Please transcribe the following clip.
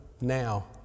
now